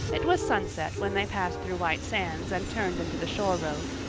it was sunset when they passed through white sands and turned into the shore road.